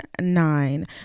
nine